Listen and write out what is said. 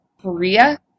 Korea